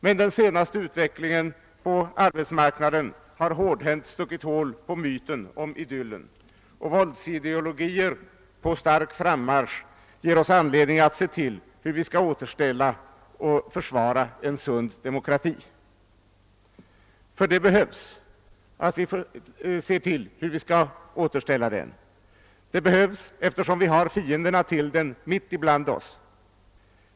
Men den senaste utvecklingen på arbetsmarknaden har hårdhänt stuckit hål på myten om idyllen, och våldsideologier på stark frammarsch ger oss anledning att se till hur vi skall återställa och försvara en sund demokrati. Det behövs, eftersom vi har fienden till den mitt ibland oss.